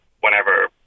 whenever